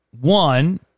one